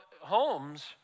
homes